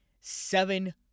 seven